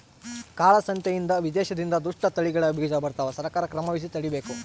ಕಾಳ ಸಂತೆಯಿಂದ ವಿದೇಶದಿಂದ ದುಷ್ಟ ತಳಿಗಳ ಬೀಜ ಬರ್ತವ ಸರ್ಕಾರ ಕ್ರಮವಹಿಸಿ ತಡೀಬೇಕು